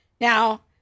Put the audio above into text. Now